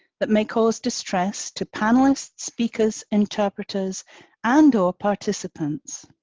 that may cause distress to panelists, speakers, interpreters and or participants.